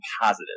positive